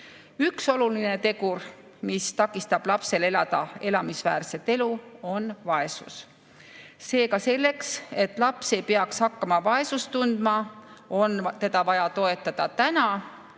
Üks oluline tegur, mis takistab lapsel elada elamisväärset elu, on vaesus. Seega selleks, et laps ei peaks hakkama vaesust tundma, on teda vaja toetada täna.